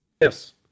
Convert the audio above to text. yes